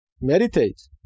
Meditate